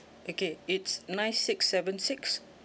okay it's nine six seven six